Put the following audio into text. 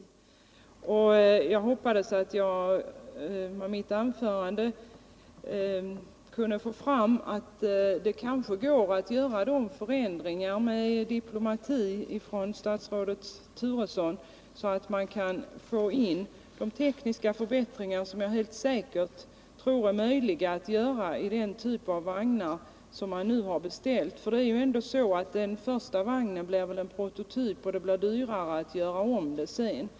Sedan hoppas jag också att jag i mitt anförande lyckades få fram att det med litet diplomati från statsrådet Turessons sida säkert går att göra de förändringar som det här har talats om. Man kan säkert göra tekniska förbättringar iden typav vagnar som nu har beställts. Det är väl så att den första vagnen alltid är en prototyp, som man redan från början kan göra ändringar i.